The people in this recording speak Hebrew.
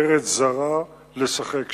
ישיבות ההסדר מתנגדות להפגנות בצה''ל.